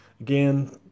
again